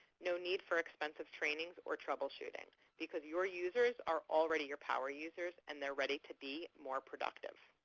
no need for expensive trainings or troubleshooting because your users are already your power users and they are ready to be more productive.